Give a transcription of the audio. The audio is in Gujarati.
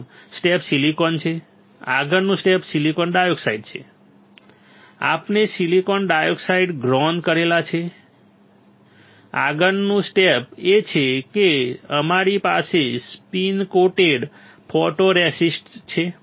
પ્રથમ સ્ટેપ સિલિકોન છે આગળનું સ્ટેપ સિલિકોન ડાયોક્સાઇડ છે આપણે સિલિકોન ડાયોક્સાઇડ ગ્રોન કરેલા છે આગળનું સ્ટેપ એ છે કે અમારી પાસે સ્પિન કોટેડ ફોટોરેસિસ્ટ છે